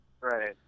right